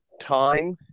time